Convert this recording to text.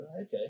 okay